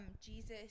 jesus